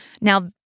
Now